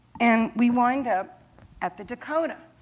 and we wind up at the dakota.